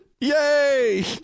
yay